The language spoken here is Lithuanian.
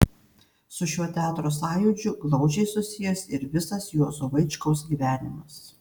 su šiuo teatro sąjūdžiu glaudžiai susijęs ir visas juozo vaičkaus gyvenimas